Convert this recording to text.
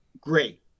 great